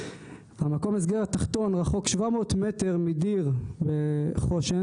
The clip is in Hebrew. המקום הסגר התחתון רחוק 700 מטר מדיר בחושן,